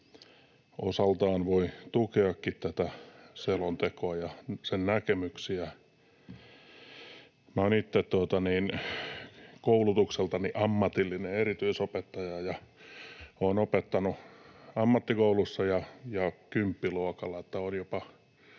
osaltaan voi tukeakin. Olen itse koulutukseltani ammatillinen erityisopettaja, ja olen opettanut ammattikoulussa ja kymppiluokalla.